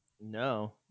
no